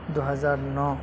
دو ہزار نو